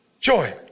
joy